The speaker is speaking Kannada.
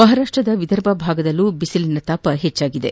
ಮಹಾರಾಷ್ಟ್ರದ ವಿದರ್ಭ ಭಾಗದಲ್ಲೂ ಬಿಸಿಲಿನ ತಾಪ ಹೆಚ್ಚಾಗಿದೆ